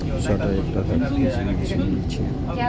sorter एक तरहक कृषि मशीनरी छियै